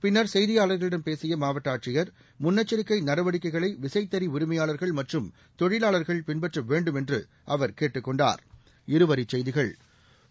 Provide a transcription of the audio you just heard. பின்னர் செய்தியாளர்களிடம் பேசிய மாவட்ட ஆட்சியர் முன்னெச்சரிக்கை நடவடிக்கைகளை விசைத்தறி உரிமையாளர்கள் மற்றும் தொழிலாளர்கள் பின்பற்ற வேண்டும் என்று அவர் கேட்டுக் கொண்டாா்